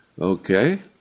Okay